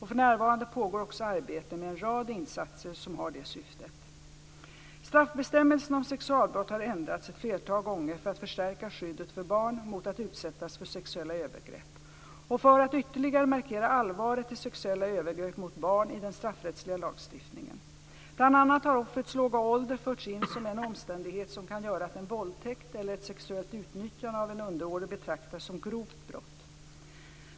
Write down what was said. För närvarande pågår också arbete med en rad insatser som har det syftet. Straffbestämmelserna om sexualbrott har ändrats ett flertal gånger för att förstärka skyddet för barn mot att utsättas för sexuella övergrepp och för att ytterligare markera allvaret i sexuella övergrepp mot barn i den straffrättsliga lagstiftningen. Bl.a. har offrets låga ålder förts in som en omständighet som kan göra att en våldtäkt eller ett sexuellt utnyttjande av underårig betraktas som grovt brott.